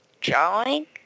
drawing